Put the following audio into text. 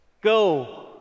go